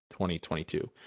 2022